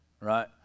right